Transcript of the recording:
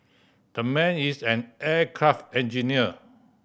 that man is an aircraft engineer